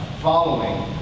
following